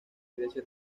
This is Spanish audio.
grecia